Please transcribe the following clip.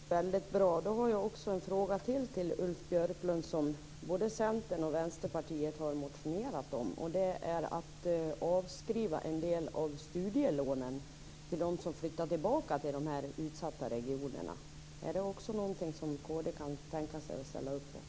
Fru talman! Det där låter väldigt bra. Då har jag ytterligare en fråga till Ulf Björklund som både Centern och Vänsterpartiet har motionerat om, och det gäller att avskriva en del av studielånen för dem som flyttar tillbaka till de utsatta regionerna. Är det också någonting som kd kan tänka sig att ställa upp på?